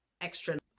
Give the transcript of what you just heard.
extra